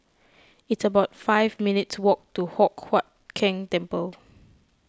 it's about five minutes' walk to Hock Huat Keng Temple